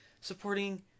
supporting